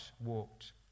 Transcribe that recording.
walked